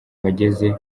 wageze